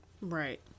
Right